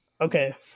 okay